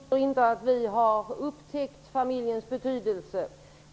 Herr talman! Vi tror inte att vi har upptäckt familjens betydelse.